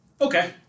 Okay